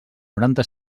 noranta